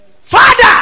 Father